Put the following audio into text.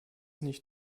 nicht